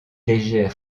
légère